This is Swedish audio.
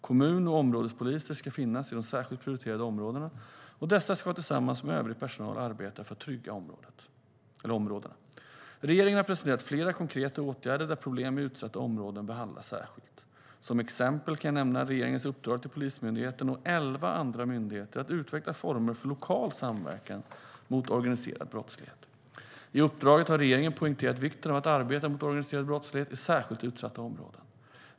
Kommun och områdespoliser ska finnas i de särskilt prioriterade områdena, och dessa ska tillsammans med övrig personal arbeta för att skapa trygga områden. Regeringen har presenterat flera konkreta åtgärder där problemen i utsatta områden behandlas särskilt. Som exempel kan jag nämna regeringens uppdrag till Polismyndigheten och elva andra myndigheter att utveckla former för lokal samverkan mot organiserad brottslighet. I uppdraget har regeringen poängterat vikten av att arbeta mot organiserad brottslighet i särskilt utsatta områden.